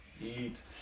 eat